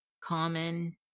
common